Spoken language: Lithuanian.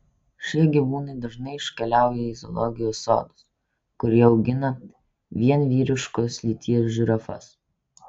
šie gyvūnai dažnai iškeliauja į zoologijos sodus kurie augina vien vyriškos lyties žirafas